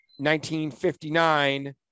1959